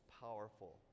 powerful